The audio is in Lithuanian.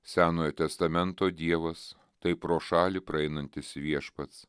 senojo testamento dievas tai pro šalį praeinantis viešpats